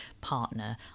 partner